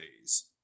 days